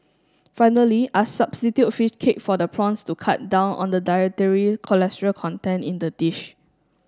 finally I substitute fish cake for the prawns to cut down on the dietary cholesterol content in the dish